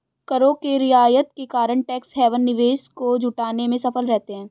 करों के रियायत के कारण टैक्स हैवन निवेश को जुटाने में सफल रहते हैं